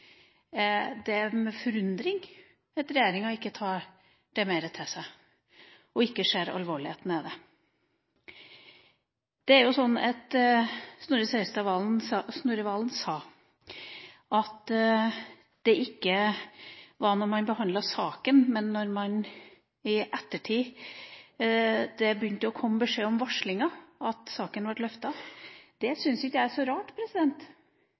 Det er med forundring jeg ser at regjeringa ikke tar det mer til seg og ser alvoret i det. Snorre Serigstad Valen sa at det ikke var da de behandlet saken, men da det i ettertid begynte å komme beskjed om varslinger, at saken ble løftet. Det syns ikke jeg er så rart.